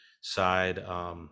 side